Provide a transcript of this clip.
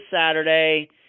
Saturday